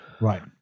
Right